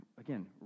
again